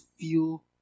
feel